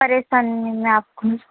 परेशानी हुई आपको